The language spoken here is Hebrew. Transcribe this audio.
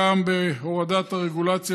גם בהורדת הרגולציה,